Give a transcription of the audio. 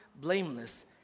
blameless